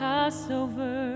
Passover